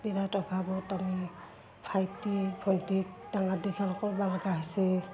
বিৰাট অভাৱত আমি ভাইটি ভণ্টি ডাঙৰ দীঘল কৰিব লগা হৈছে